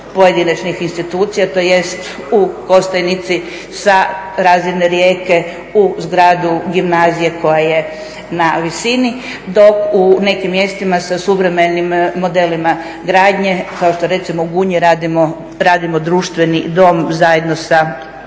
pojedinačnih institucija, tj. u Kostajnici sa razine rijeke u zgradu gimnazije koja je na visini dok u nekim mjestima sa suvremenim modelima gradnje kao što recimo u Gunji radimo društveni dom zajedno sa